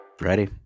ready